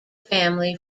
family